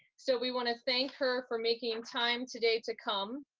so we wanna thank her for making time today to come.